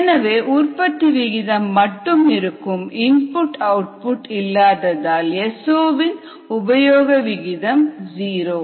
எனவே உற்பத்தி விகிதம் மட்டும் இருக்கும் இன்புட் அவுட்புட் இல்லாததால் S0 வின் உபயோக விகிதம் ஜீரோ